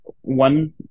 one